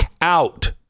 out